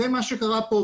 זה מה שקרה פה,